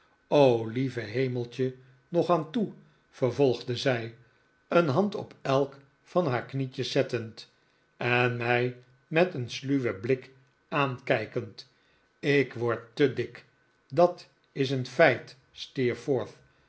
o lieve hemeltje nog aan toe vervolgde zij een hand dp elk van haar knietjes zettend en mij met een sluwen blik aankijkend ik word te dik dat is een feit